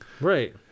Right